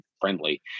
friendly